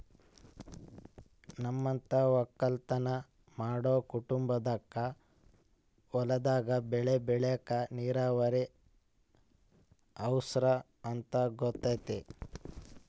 ನಮ್ಮಂತ ವಕ್ಕಲುತನ ಮಾಡೊ ಕುಟುಂಬಕ್ಕ ಹೊಲದಾಗ ಬೆಳೆ ಬೆಳೆಕ ನೀರಾವರಿ ಅವರ್ಸ ಅಂತ ಗೊತತೆ